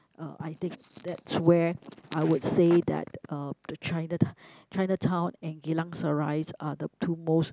uh I think that's where I would say that uh the Chinato~ Chinatown and Geylang Serai are the two most